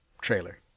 trailer